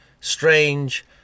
Strange